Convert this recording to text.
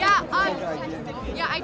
yeah yeah i